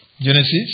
Genesis